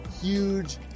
huge